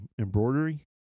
Embroidery